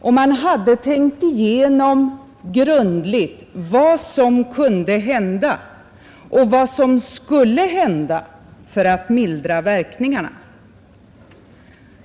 Man hade grundligt tänkt igenom vad som kunde hända och vad som skulle hända för att mildra verkningarna.